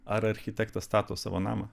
ar architektas stato savo namą